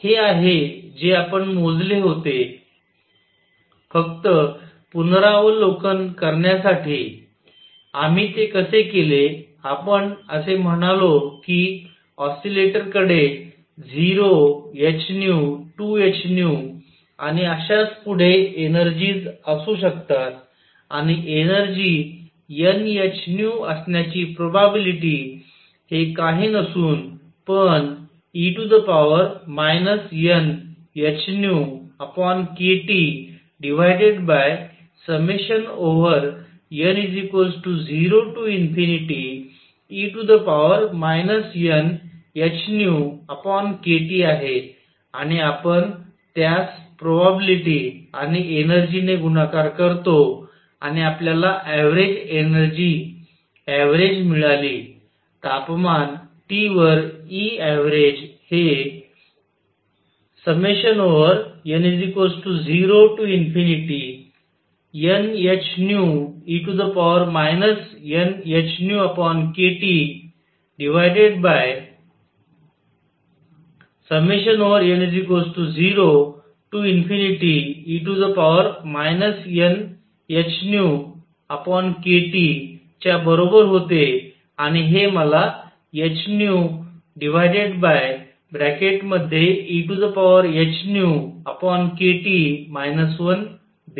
हे आहे जे आपण मोजले होते फक्त पुनरावलोकन करण्यासाठी आम्ही ते कसे केले आपण असे म्हणालो कि ऑसिलेटर कडे 0 h 2 h आणि अश्याच पुढे एनर्जीज असू शकतात आणि एनर्जी n h असण्याची प्रोबॅबिलिटी हे काही नसून पण e nhνkTn0e nhνkT आहे आणि आपण त्यास प्रोबॅबिलिटी आणि एनर्जी ने गुणाकार करतो आणि आपल्याला एव्हरेज एनर्जी एव्हरेज मिळाली तापमान T वर E एव्हरेज हे n 0nhνe nhνkTn 0e nhνkT च्या बरोबर होते आणि हे मला hehνkT 1देते